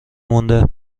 مونده